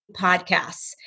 podcasts